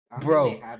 Bro